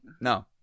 no